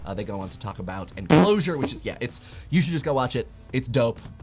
ah they go on to talk about enclosure, which is yeah. it's you should just go watch it. it's dope.